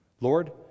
Lord